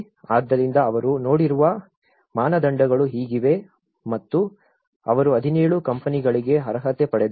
ಆದ್ದರಿಂದ ಅವರು ನೋಡಿರುವ ಮಾನದಂಡಗಳು ಹೀಗಿವೆ ಮತ್ತು ಅವರು 17 ಕಂಪನಿಗಳಿಗೆ ಅರ್ಹತೆ ಪಡೆದರು